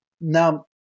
Now